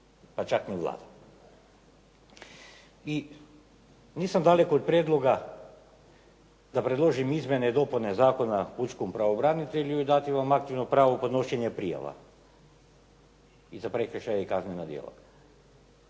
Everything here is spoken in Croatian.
pa čak ni Vlada. Nisam daleko od prijedloga da predložim izmjene i dopune zakona pučkom pravobranitelju i dati vam aktivno pravo podnošenja prijava i za prekršaje i za kaznena djela.